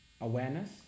awareness